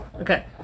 okay